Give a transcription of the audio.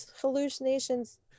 hallucinations